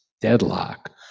deadlock